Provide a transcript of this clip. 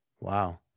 Wow